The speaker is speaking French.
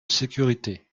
sécurités